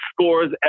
scores